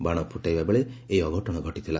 ବାଣ ଫ୍ଟାଇବା ବେଳେ ଏହି ଅଘଟଣ ଘଟିଥିଲା